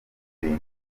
bintu